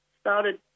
started